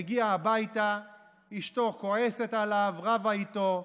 מגיע הביתה, ואשתו כועסת עליו, רבה איתו,